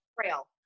trail